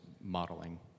modeling